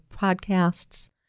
podcasts